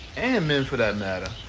and men for that matter.